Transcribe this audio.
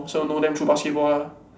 so know them through basketball lah